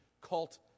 cult